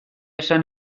esan